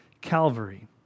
Calvary